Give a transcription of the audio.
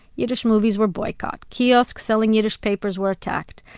yiddish movies were boycotted, kiosks selling yiddish papers were attacked,